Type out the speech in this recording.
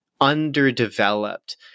underdeveloped